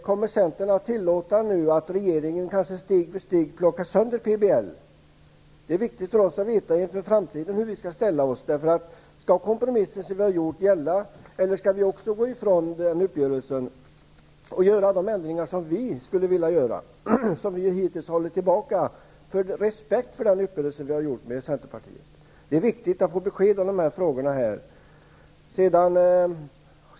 Kommer centern nu att tillåta att regeringen nu steg för steg kanske plockar sönder PBL? Det är viktigt för oss att inför framtiden veta hur vi skall ställa oss. Skall den överenskomna kompromissen gälla eller skall vi gå ifrån uppgörelsen, så att vi på vårt håll kan verka för de ändringar som vi skulle vilja ha men som vi hittills hållit tillbaka av respekt för uppgörelsen med centerpartiet? Det är viktigt att få besked i dessa frågor här.